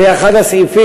זה אחד הסעיפים